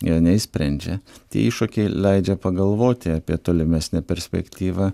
jie neišsprendžia tie iššūkiai leidžia pagalvoti apie tolimesnę perspektyvą